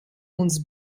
uns